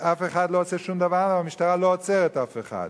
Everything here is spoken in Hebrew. אף אחד לא עושה שום דבר והמשטרה לא עוצרת אף אחד.